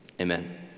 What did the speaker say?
Amen